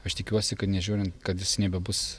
aš tikiuosi kad nežiūrint kad jis nebebus